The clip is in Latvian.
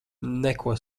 neko